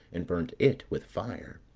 and burnt it with fire.